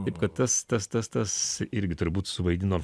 taip kad tas tas tas tas irgi turbūt suvaidino